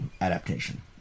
adaptation